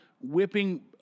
whipping